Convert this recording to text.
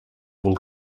wool